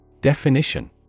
Definition